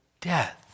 death